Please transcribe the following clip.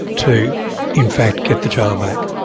to in fact get the child back.